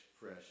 fresh